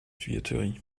tuyauterie